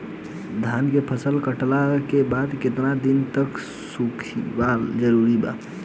धान के फसल कटला के बाद केतना दिन तक सुखावल जरूरी बा?